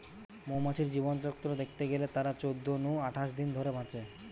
মৌমাছির জীবনচক্র দ্যাখতে গেলে তারা চোদ্দ নু আঠাশ দিন ধরে বাঁচে